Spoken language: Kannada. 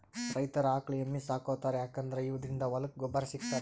ರೈತರ್ ಆಕಳ್ ಎಮ್ಮಿ ಸಾಕೋತಾರ್ ಯಾಕಂದ್ರ ಇವದ್ರಿನ್ದ ಹೊಲಕ್ಕ್ ಗೊಬ್ಬರ್ ಸಿಗ್ತದಂತ್